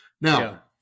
Now